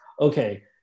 okay